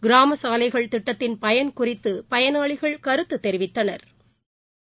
கிராம சாலைகள் திட்டத்தின் பயன் குறித்து பயனாளிகள் கருத்து தெரிவித்தனா்